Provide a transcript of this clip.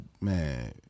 man